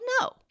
no